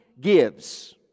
gives